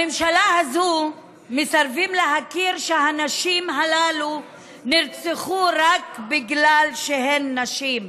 בממשלה הזו מסרבים להכיר שהנשים הללו נרצחו רק בגלל שהן נשים.